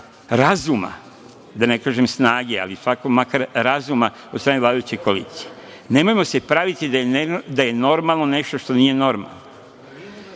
razuma, da ne kažem snage, ali makar razuma od strane vladajuće koalicije. Nemojmo se praviti da je normalno nešto što nije normalno.